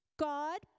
God